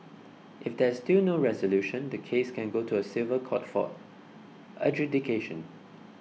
if there is still no resolution the case can go to a civil court for adjudication